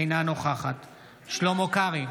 אינה נוכחת שלמה קרעי,